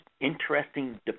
interesting